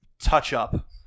touch-up